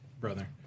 Brother